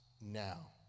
now